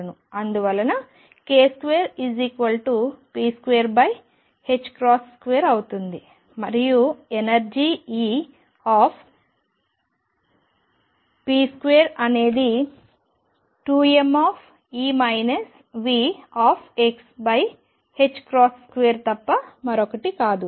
అందువలన k2 p22 అవుతుంది మరియు ఎనర్జీ E p2 అనేది 2m2 తప్ప మరొకటి కాదు